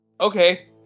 okay